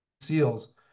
SEALs